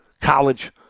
college